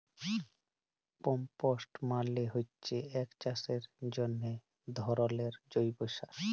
compost মালে হচ্যে এক চাষের জন্হে ধরলের জৈব সার